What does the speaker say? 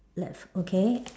that's okay